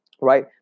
right